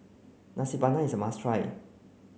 Nasi Padang is a must try